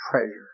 treasure